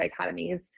dichotomies